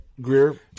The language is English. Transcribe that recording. Greer